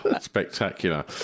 spectacular